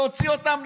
להוציא אותם,